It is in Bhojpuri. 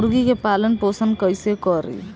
मुर्गी के पालन पोषण कैसे करी?